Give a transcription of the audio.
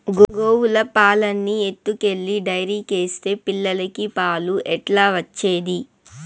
గోవుల పాలన్నీ ఎత్తుకెళ్లి డైరీకేస్తే పిల్లలకి పాలు ఎట్లా వచ్చేది